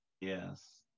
Yes